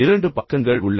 இரண்டு பக்கங்கள் உள்ளன